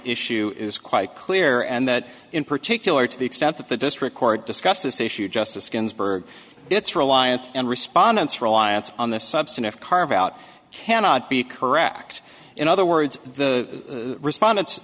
issue is quite clear and that in particular to the extent that the district court discussed this issue justice ginsburg its reliance and respondents reliance on the substantive carve out cannot be correct in other words the respondents